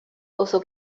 also